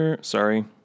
sorry